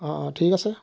অঁ অঁ ঠিক আছে